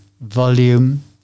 volume